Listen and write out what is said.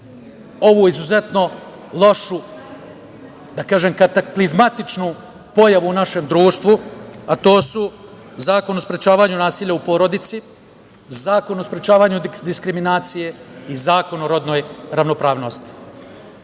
ovu izuzetno lošu, kataklizmatičnu pojavu u našem društvu, a to su Zakon o sprečavanju nasilja u porodici, Zakon o sprečavanju diskriminacije i Zakon o rodnoj ravnopravnosti.